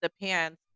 depends